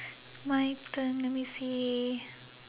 my turn let me see